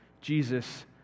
Jesus